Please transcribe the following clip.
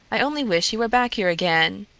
i only wish he were back here again.